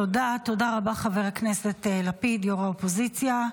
תודה רבה, חבר הכנסת לפיד, ראש האופוזיציה.